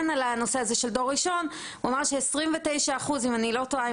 על הנושא של דור ראשון הוא אמר שכ-29% אם אני לא טועה,